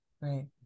right